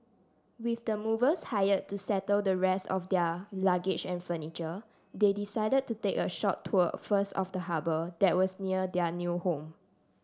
with the movers hired to settle the rest of their luggage and furniture they decided to take a short tour first of the harbour that was near their new home